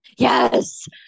Yes